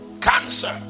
Cancer